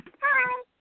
Hi